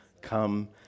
Come